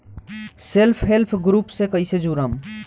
Self help group से कइसे जुड़म?